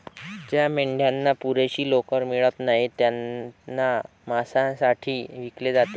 ज्या मेंढ्यांना पुरेशी लोकर मिळत नाही त्यांना मांसासाठी विकले जाते